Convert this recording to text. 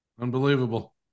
Unbelievable